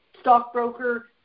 stockbroker